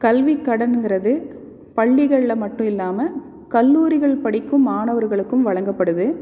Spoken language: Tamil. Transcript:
கல்வி கடன்ங்கிறது பள்ளிகளில் மட்டும் இல்லாமல் கல்லூரிகள் படிக்கும் மாணவர்களுக்கும் வழங்கப்படுது